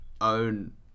own